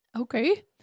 Okay